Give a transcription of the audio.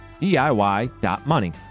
diy.money